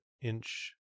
inch